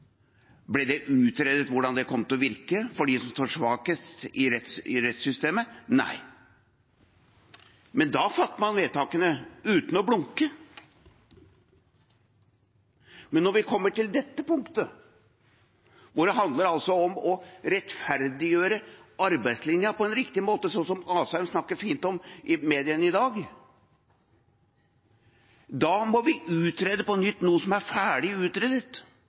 Ble det utredet hvordan det kommer til å virke for dem som står svakest i rettssystemet? Nei. Da fattet man vedtakene uten å blunke. Men når vi kommer til dette punktet – hvor det handler om å rettferdiggjøre arbeidslinja på en riktig måte, slik Asheim snakker fint om i mediene i dag – da må vi utrede på nytt noe som er ferdig utredet,